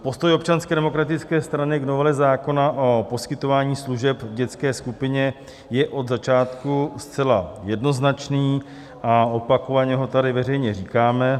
Postoj Občanské demokratické strany k novele zákona o poskytování služeb v dětské skupině je od začátku zcela jednoznačný a opakovaně ho tady veřejně říkáme.